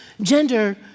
gender